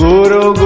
Guru